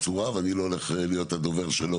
צורה ואני לא הולך להיות הדובר שלו,